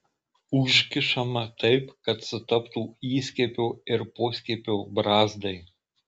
užkišama taip kad sutaptų įskiepio ir poskiepio brazdai